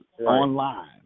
online